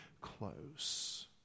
close